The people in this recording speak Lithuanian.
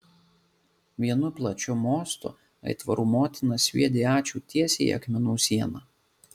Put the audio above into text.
vienu plačiu mostu aitvarų motina sviedė ačiū tiesiai į akmenų sieną